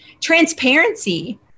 transparency